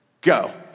go